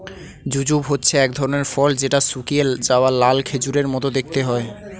jujube হচ্ছে এক ধরনের ফল যেটা শুকিয়ে যাওয়া লাল খেজুরের মত দেখতে হয়